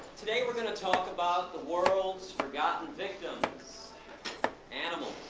today we are going to talk about the world's forgotten victims animals.